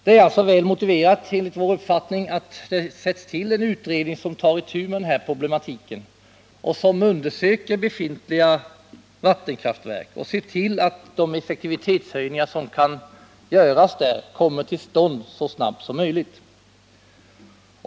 Det är alltså väl motiverat enligt vår uppfattning att det tillsätts en utredning, som tar itu med den här problematiken, undersöker befintliga vattenkraftverk och ser till att de effektivitetshöjningar som kan göras kommer till stånd så snabbt som möjligt.